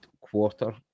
quarter